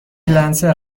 لنسر